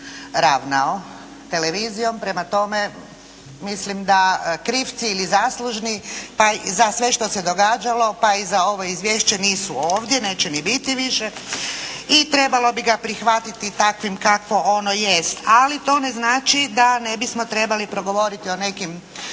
ravnao televizijom. Prema tome, mislim da krivci ili zaslužni pa i za sve što se događalo, pa i za ovo izvješće nisu ovdje, neće ni biti više. I trebalo bi ga prihvatiti takvim kakvo ono jest. Ali to ne znači da ne bismo trebali progovoriti o nekim